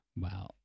wow